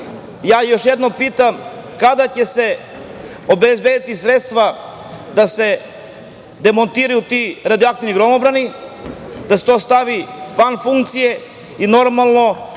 još jednom pitam - kada će se obezbediti sredstva da se demontiraju ti radioaktivni gromobrani, da se to stavi van funkcije i normalno